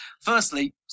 Firstly